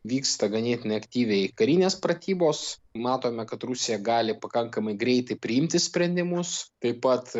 vyksta ganėtinai aktyviai karinės pratybos matome kad rusija gali pakankamai greitai priimti sprendimus taip pat